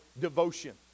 devotion